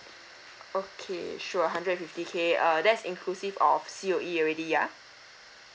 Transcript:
okay sure hundred and fifty K err that's inclusive of C_O_E already ya